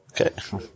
Okay